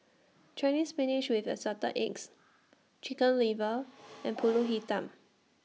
Chinese Spinach with Assorted Eggs Chicken Liver and Pulut Hitam